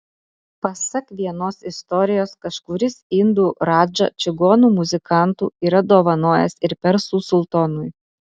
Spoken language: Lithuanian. pasak vienos istorijos kažkuris indų radža čigonų muzikantų yra dovanojęs ir persų sultonui